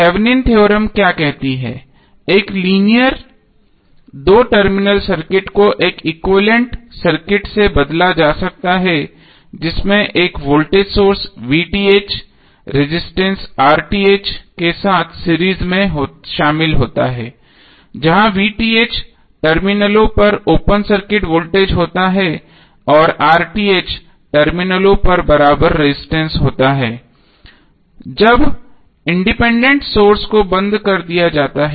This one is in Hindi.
थेवेनिन थ्योरम Thevenins theorem क्या कहती है एक लीनियर दो टर्मिनल सर्किट को एक एक्विवैलेन्ट सर्किट से बदला जा सकता है जिसमें एक वोल्टेज सोर्स रजिस्टेंस के साथ सीरीज में शामिल होता है जहां टर्मिनलों पर ओपन सर्किट वोल्टेज होता है और टर्मिनलों पर बराबर रजिस्टेंस होता है जब इंडिपेंडेंट सोर्सेस को बंद कर दिया जाता है